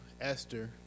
Esther